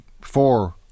four